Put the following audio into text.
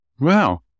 Wow